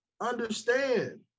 understand